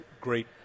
great